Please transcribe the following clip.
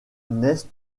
neste